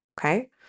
okay